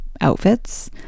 outfits